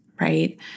right